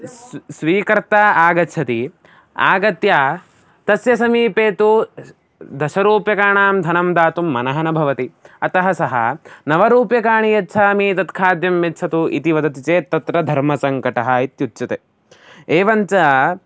सः स्वीकर्ता आगच्छति आगत्य तस्य समीपे तु दशरूप्यकाणां धनं दातुं मनः न भवति अतः सः नवरूप्यकाणि यच्छामि तत् खाद्यं यच्छतु इति वदति चेत् तत्र धर्मसङ्कटः इत्युच्यते एवञ्च